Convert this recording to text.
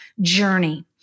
journey